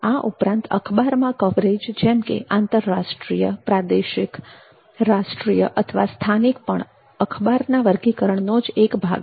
આ ઉપરાંત અખબારમાં કવરેજ જેમ કે આંતરરાષ્ટ્રીય રાષ્ટ્રીય પ્રાદેશિક અથવા સ્થાનિક પણ અખબારના વર્ગીકરણનો જ એક ભાગ છે